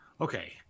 Okay